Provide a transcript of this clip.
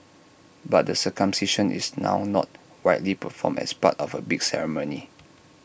but the circumcision is now not widely performed as part of A big ceremony